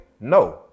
no